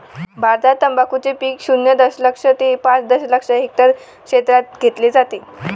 भारतात तंबाखूचे पीक शून्य दशलक्ष ते पाच दशलक्ष हेक्टर क्षेत्रात घेतले जाते